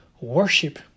worship